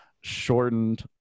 shortened